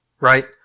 right